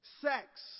Sex